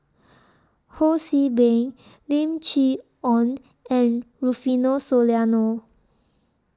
Ho See Beng Lim Chee Onn and Rufino Soliano